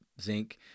zinc